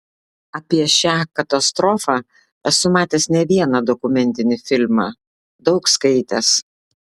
apie šią katastrofą esu matęs ne vieną dokumentinį filmą daug skaitęs